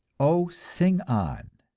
oh, sing on.